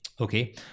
Okay